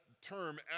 term